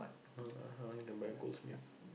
uh uh-huh only can buy goldsmith